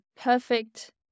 perfect